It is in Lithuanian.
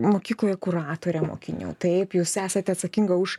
mokykloje kuratorė mokinių taip jūs esate atsakinga už